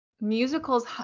musicals